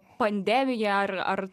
pandemiją ar ar